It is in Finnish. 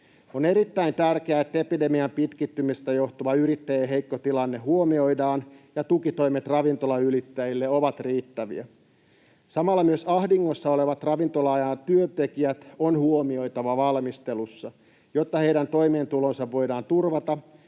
On erittäin tärkeää, että epidemian pitkittymisestä johtuva yrittäjien heikko tilanne huomioidaan ja tukitoimet ravintolayrittäjille ovat riittäviä. Samalla myös ahdingossa olevat ravintola-alan työntekijät on huomioitava valmistelussa, jotta heidän toimeentulonsa voidaan turvata